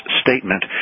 statement